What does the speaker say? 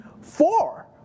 four